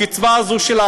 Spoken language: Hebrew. הקצבה הזאת,